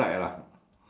ya